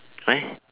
why